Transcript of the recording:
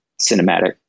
cinematic